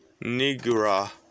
Nigra